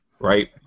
Right